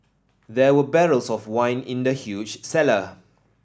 there were barrels of wine in the huge cellar